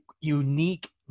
unique